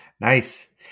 Nice